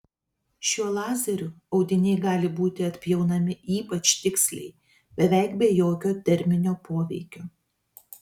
šiuo lazeriu audiniai gali būti atpjaunami ypač tiksliai beveik be jokio terminio poveikio